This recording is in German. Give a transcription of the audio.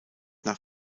nach